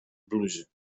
bluzie